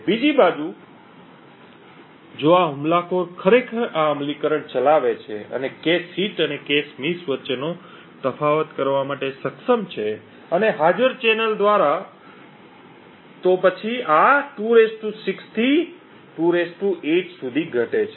બીજી બાજુ જો આ હુમલાખોર ખરેખર આ અમલીકરણ ચલાવે છે અને કેશ હિટ અને કેશ મિસ વચ્ચે તફાવત કરવા માટે સક્ષમ છે અથવા હાજર ચેનલ દ્વારા તો પછી આ 2 16 થી 2 8 સુધી ઘટે છે